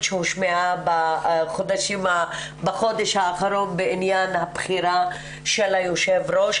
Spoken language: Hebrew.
שהושמעה בחודש האחרון בעניין הבחירה של היושב ראש,